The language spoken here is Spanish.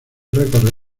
recorrer